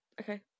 okay